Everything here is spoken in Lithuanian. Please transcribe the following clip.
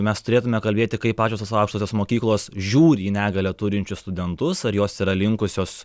mes turėtume kalbėti kaip pačios tos aukštosios mokyklos žiūri į negalią turinčius studentus ar jos yra linkusios